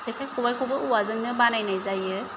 जेखाय खबायखौबो औवाजोंनो बानायनाय जायो